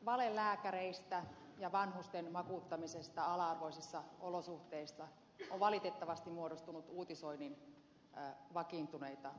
valelääkäreistä ja vanhusten makuuttamisesta ala arvoisissa olosuhteissa on valitettavasti muodostunut uutisoinnin vakiintuneita muotoja